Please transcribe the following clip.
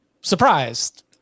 surprised